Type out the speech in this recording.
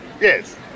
yes